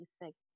effect